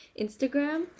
Instagram